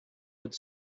would